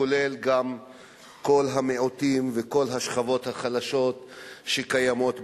כולל גם כל המיעוטים וכל השכבות החלשות שקיימות במדינה?